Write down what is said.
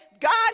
God